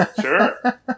Sure